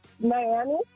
Miami